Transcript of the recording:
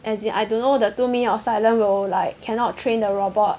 as in I don't know the two minutes of silence will like cannot train the robot